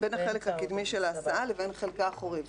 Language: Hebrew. בין החלק הקדמי של ההסעה לבין חלקה האחורי.